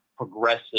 progressive